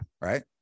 Right